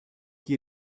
chi